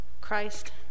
Christ